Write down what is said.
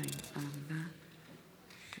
אין נמנעים.